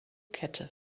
kette